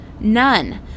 None